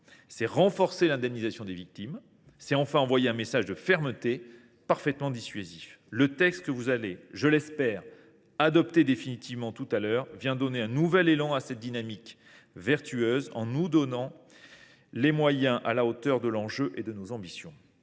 cela renforce l’indemnisation des victimes ; et cela envoie un message de fermeté particulièrement dissuasif. Le texte que vous allez, je l’espère, adopter définitivement tout à l’heure donnera un nouvel élan à cette dynamique vertueuse, en nous dotant de moyens à la hauteur de l’enjeu et de nos ambitions.